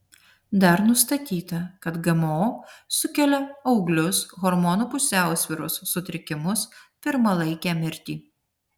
dar nustatyta kad gmo sukelia auglius hormonų pusiausvyros sutrikimus pirmalaikę mirtį